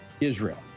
Israel